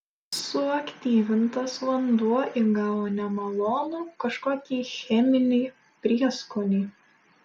suaktyvintas vanduo įgavo nemalonų kažkokį cheminį prieskonį